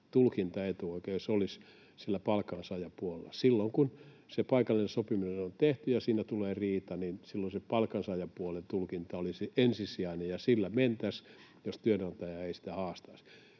tulkintaetuoikeus olisi palkansaajapuolella. Silloin kun paikallinen sopiminen on tehty ja siinä tulee riita, niin silloin se palkansaajapuolen tulkinta olisi ensisijainen, ja sillä mentäisiin, jos työnantaja ei sitä haastaisi.